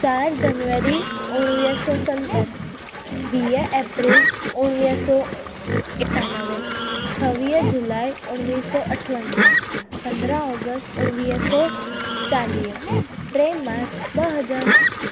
चारि जनवरी उणिवीह सौ सतरि वीह एप्रिल उणिवीह सौ एकानवे छवीह जुलाइ उणिवीह सौ अठवंजाह पंद्रहां ऑगस्ट उणिवीह सौ चालीह टे मार्च ॿ हज़ार